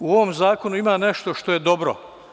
U ovom zakonu ima nešto što je dobro.